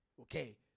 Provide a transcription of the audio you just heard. Okay